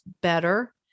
better